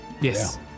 Yes